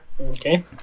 Okay